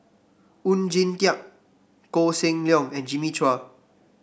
Oon Jin Teik Koh Seng Leong and Jimmy Chua